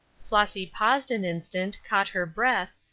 flossy paused an instant, caught her breath,